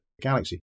galaxy